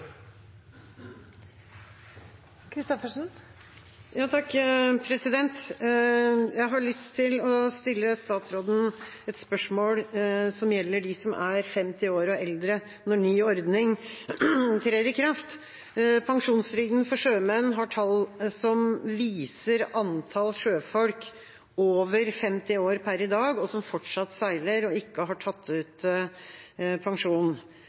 50 år og eldre når ny ordning trer i kraft. Pensjonstrygden for sjømenn har tall som viser antall sjøfolk over 50 år per i dag som fortsatt seiler og ikke har tatt ut pensjon.